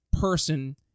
person